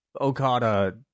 Okada